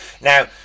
Now